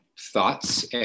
thoughts